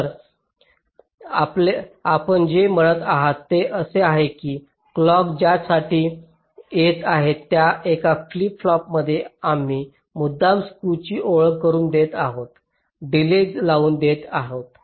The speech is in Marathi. तर आपण जे म्हणत आहात ते असे आहे की क्लॉक ज्याठिकाणी येत आहे त्या एका फ्लिप फ्लॉपमध्ये आम्ही मुद्दाम स्क्यूची ओळख करुन देत आहोत डिलेज लावून देत आहोत